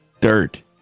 dirt